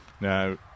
Now